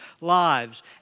lives